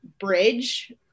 bridge